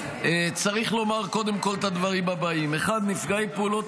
צריך לומר קודם כול את הדברים הבאים: 1. נפגעי פעולות